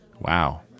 Wow